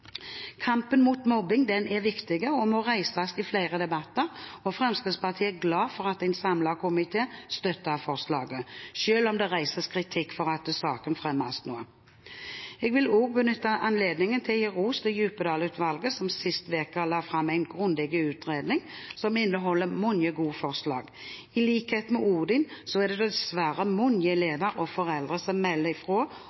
Kampen mot mobbing er viktig og må reises i flere debatter. Fremskrittspartiet er glad for at en samlet komité støtter forslaget, selv om det reises kritikk for at saken fremmes nå. Jeg vil også benytte anledningen til å gi ros til Djupedal-utvalget, som sist uke la fram en grundig utredning som inneholder mange gode forslag. I likhet med Odin er det dessverre mange elever og foreldre som melder